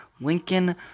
Lincoln